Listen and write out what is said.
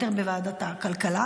יותר בוועדת הכלכלה,